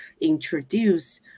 introduce